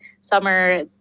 summer